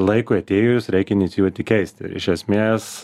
laikui atėjus reikia inicijuoti keisti iš esmės